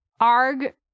Arg